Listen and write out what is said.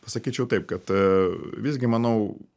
pasakyčiau taip kad visgi manau